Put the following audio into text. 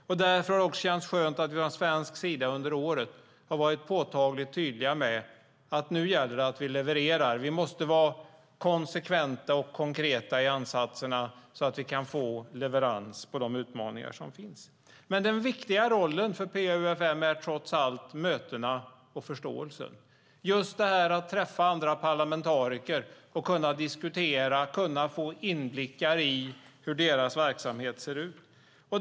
Därför har det också känts skönt att vi från svensk sida under året har varit påtagligt tydliga med att det nu gäller att vi levererar. Vi måste vara konsekventa och konkreta i ansatserna så att vi kan få leverans på de utmaningar som finns. Den viktiga rollen för PA-UfM är trots allt mötena och förståelsen. Det handlar om att träffa andra parlamentariker och kunna diskutera och kunna få inblickar i hur deras verksamhet ser ut.